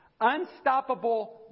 Unstoppable